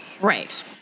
Right